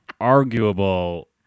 arguable